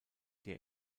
der